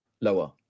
lower